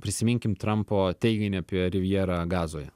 prisiminkim trampo teiginį apie rivjerą gazoje